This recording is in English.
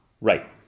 Right